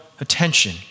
attention